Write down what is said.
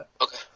Okay